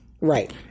right